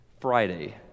Friday